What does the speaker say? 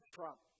Trump